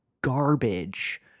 garbage